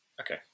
Okay